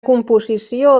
composició